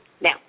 now